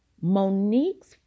Monique's